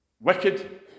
wicked